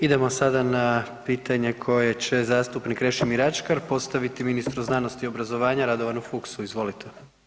Idemo sada na pitanje koje će zastupnik Krešimir Ačkar postaviti ministru znanosti i obrazovanja Radovanu Fuchsu, izvolite.